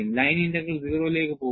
line integral 0 ലേക്ക് പോകും